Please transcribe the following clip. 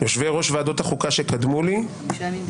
יושבי ראש ועדות החוקה שקדמו לי קיימו